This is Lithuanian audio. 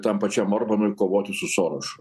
tam pačiam orbanui kovoti su sorošu